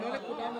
לא לכולם.